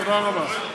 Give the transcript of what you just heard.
תודה רבה.